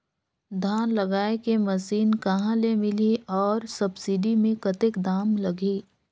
धान जगाय के मशीन कहा ले मिलही अउ सब्सिडी मे कतेक दाम लगही?